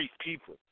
people